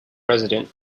president